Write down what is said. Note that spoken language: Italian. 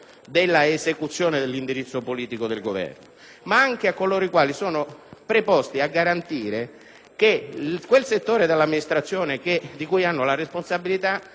della esecuzione e dell'indirizzo politico del Governo, ma anche a coloro i quali sono preposti a garantire che il settore della amministrazione di cui hanno la responsabilità